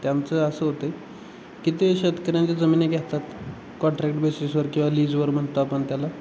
त्यांचं असं होत आहे कि ते शेतकऱ्यांच्या जमिनी घेतात कॉन्ट्रॅक्ट बेसिसवर किंवा लीजवर म्हणतो आपण त्याला